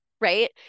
Right